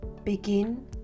Begin